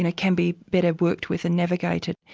and can be better worked with and navigated.